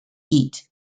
eat